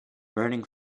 burning